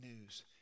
news